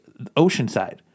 Oceanside